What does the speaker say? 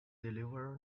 deliver